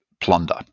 plunder